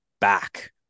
back